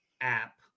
app